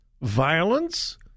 violence